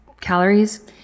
calories